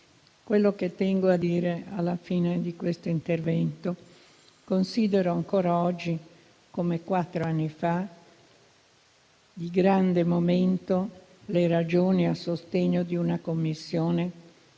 Quello che tengo a dire alla fine di questo intervento è che considero ancora oggi come quattro anni fa, di grande momento le ragioni a sostegno di una Commissione